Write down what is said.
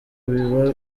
biba